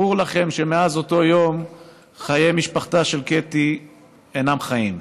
ברור לכם שמאז אותו יום חיי משפחתה של קטי אינם חיים.